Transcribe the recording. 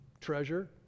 treasure